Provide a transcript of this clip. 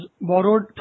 borrowed